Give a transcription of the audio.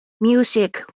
music